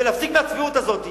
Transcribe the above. להפסיק עם הצביעות הזאת.